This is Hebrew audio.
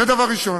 זה דבר ראשון.